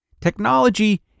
technology